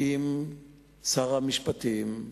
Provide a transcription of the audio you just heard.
עם שר המשפטים,